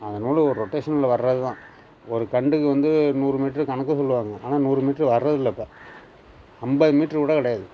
அந்த நூல் ஒரு ரொட்டேஷனில் வர்றது தான் ஒரு கன்டுக்கு வந்து நூறு மீட்ரு கணக்கு சொல்லுவாங்க ஆனால் நூறு மீட்ரு வர்றதில்லை இப்போ ஐம்பது மீட்ருக்கூட கிடையாது